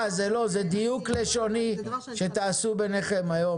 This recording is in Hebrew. זה דיוק לשוני שתעשו ביניכם היום.